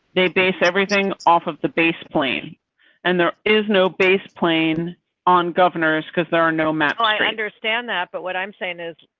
they base everything off of the base plane and there is no base plane on governors because there are no matter. i understand that. but what i'm saying is.